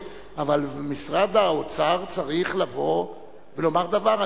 אבל משרד האוצר צריך לבוא ולומר דבר.